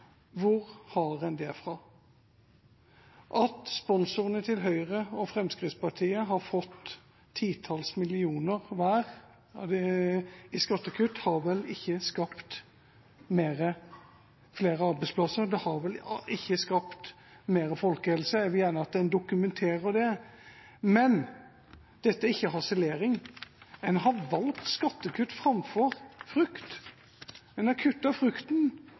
Hvor har man det fra? At sponsorene til Høyre og Fremskrittspartiet har fått titalls millioner kroner hver i skattekutt har vel ikke skapt flere arbeidsplasser, det har vel ikke skapt mer folkehelse? Jeg vil gjerne at man dokumenterer det. Dette er ikke harselering, man har valgt skattekutt framfor frukt. Man har kuttet frukten,